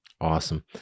Awesome